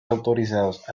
autorizados